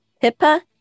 Pippa